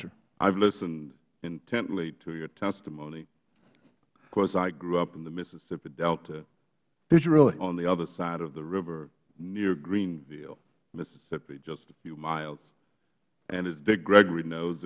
davis i've listened intently to your testimony of course i grew up in the mississippi delta on the other side of the river near greenville mississippi just a few miles and as dick gregory kno